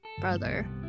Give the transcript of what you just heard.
brother